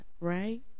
right